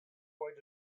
going